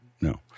no